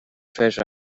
treasure